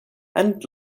and